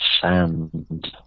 sand